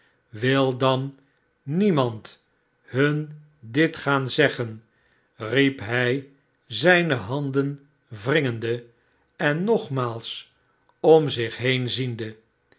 wil dan niemand hun dit gaan zeggen riep hij zijne handen wringende en nqgmaals om zich heen ziende